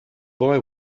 boy